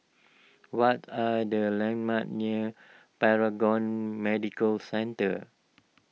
what are the landmarks near Paragon Medical Centre